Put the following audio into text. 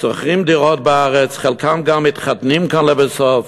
שוכרים דירות בארץ, חלקם גם מתחתנים לבסוף,